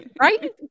Right